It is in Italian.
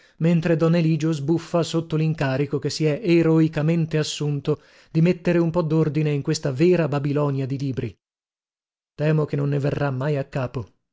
mentre don eligio sbuffa sotto lincarico che si è eroicamente assunto di mettere un po dordine in questa vera babilonia di libri temo che non ne verrà mai a capo